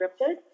scripted